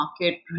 market